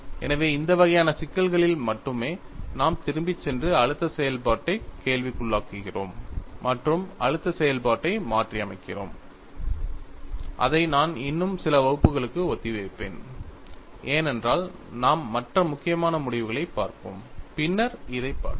எனவே இந்த வகையான சிக்கலில் மட்டுமே நாம் திரும்பிச் சென்று அழுத்த செயல்பாட்டைக் கேள்விக்குள்ளாக்குகிறோம் மற்றும் அழுத்த செயல்பாட்டை மாற்றியமைக்கிறோம் அதை நான் இன்னும் சில வகுப்புகளுக்கு ஒத்திவைப்பேன் ஏனென்றால் நாம் மற்ற முக்கியமான முடிவுகளைப் பார்ப்போம் பின்னர் இதைப் பெறுவோம்